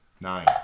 Nine